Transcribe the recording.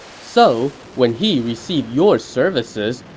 so when he received your services,